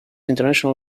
international